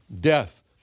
death